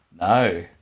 no